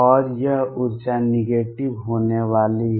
और यह ऊर्जा नेगेटिव होने वाली है